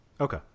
Okay